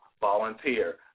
volunteer